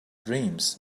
dreams